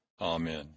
Amen